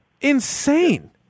Insane